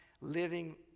living